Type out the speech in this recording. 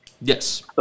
Yes